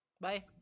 Bye